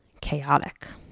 chaotic